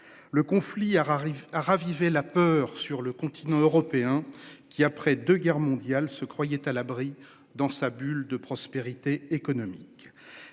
le conflit art arrive ravivé la peur sur le continent européen qui après 2 guerres mondiales se croyait à l'abri dans sa bulle de prospérité économique.